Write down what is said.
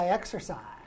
exercise